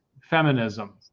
feminism